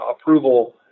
approval